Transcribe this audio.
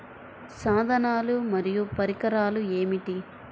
సాధనాలు మరియు పరికరాలు ఏమిటీ?